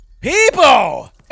People